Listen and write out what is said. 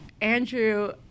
Andrew